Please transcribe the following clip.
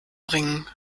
bringen